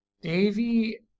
davy